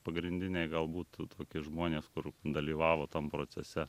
pagrindiniai gal būtų tokie žmonės kur dalyvavo tam procese